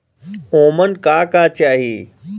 ओमन का का चाही?